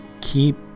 keep